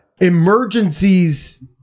emergencies